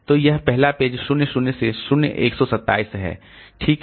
तो यह पहला पेज 0 0 से 0 127 है ठीक है